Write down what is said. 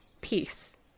peace